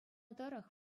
тӑрӑх